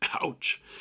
Ouch